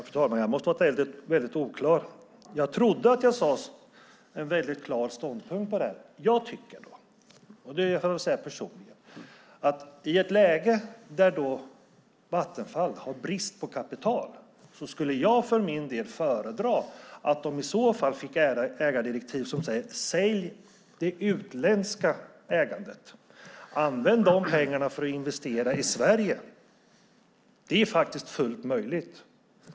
Fru talman! Jag måste ha varit väldigt oklar. Jag trodde att jag uttryckte en väldigt klar ståndpunkt. I ett läge där Vattenfall har brist på kapital skulle jag för min del föredra att man fick ägardirektiv som sade: Sälj det utländska ägandet och använd de pengarna för att investera i Sverige! Det är faktiskt fullt möjligt.